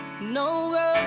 No